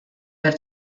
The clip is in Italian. per